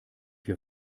wir